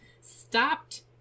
stopped